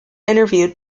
interviewed